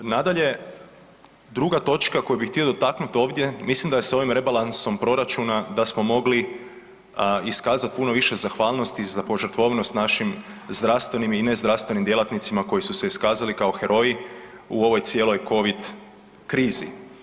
Nadalje, druga točka koju bih htio dotaknut ovdje, mislim da se ovim rebalansom proračuna, da smo mogli iskazat puno više zahvalnosti za požrtvovnost našim zdravstvenim i ne zdravstvenim djelatnicima koji su se iskazali kao heroji u ovoj cijeloj Covid krizi.